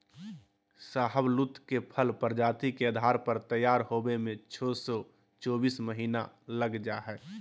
शाहबलूत के फल प्रजाति के आधार पर तैयार होवे में छो से चोबीस महीना लग जा हई